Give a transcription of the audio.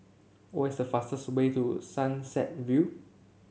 what is the fastest way to Sunset View